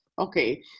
Okay